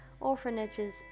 orphanages